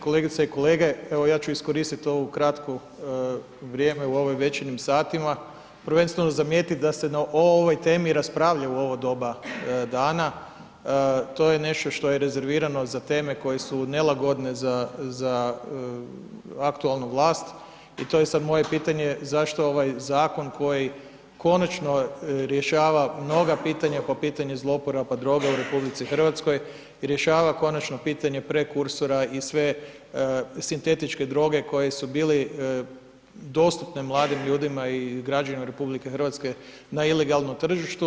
Kolegice i kolege, evo ja ću iskoristi ovu kratku vrijeme u ovim večernjim satima, prvenstveno zamijetiti da se o ovoj temi, raspravlja o ovo doba dana, to je nešto što je rezervirano za teme koje su nelagodne, za aktualnu vlast i to je sada moje pitanje, zašto ovaj zakon, koji konačno rješava mnoga pitanja, po pitanju zlouporaba droga u RH, rješava konačno pitanje prekosutra i sve sintetičke droge, koje su bili dostupne mladim ljudima i građanima RH na ilegalnom tržištu.